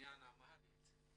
בעניין התרגום לאמהרית,